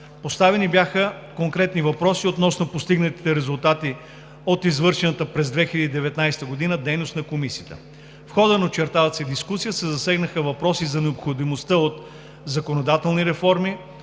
Поставени бяха конкретни въпроси относно постигнатите резултати от извършената през 2019 г. дейност на Комисията. В хода на очерталата се дискусия се засегнаха въпроси за необходимостта от законодателни реформи,